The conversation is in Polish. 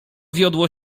wiodło